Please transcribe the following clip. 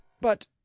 But